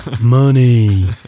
Money